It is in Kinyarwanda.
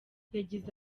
yagize